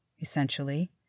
essentially